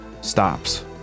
stops